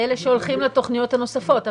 אלה שהולכים לתכניות הנוספות.